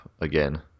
again